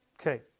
Okay